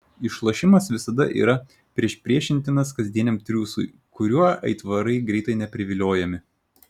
išlošimas visada yra priešpriešintinas kasdieniam triūsui kuriuo aitvarai greitai nepriviliojami